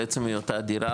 על עצם היותה דירה,